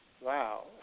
Wow